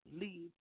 leave